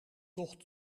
tocht